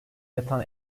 yatan